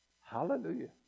Hallelujah